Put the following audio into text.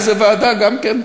אבל זה שווה לכולם.